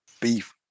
beef